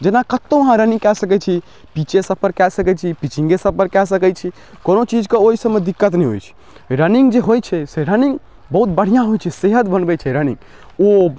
जेना कतौ अहाँ रनिंग कए सकै छी पिचे सब पर कए सकै छी पिचिन्गे सब पर कए सकै छी कोनो चीज कऽ ओइसब मे दिक्कत नै होइछै रनिंग जे होइछै से रनिंग बहुत बढ़ियाँ होइछै सेहत बनबै छै रनिंग ओ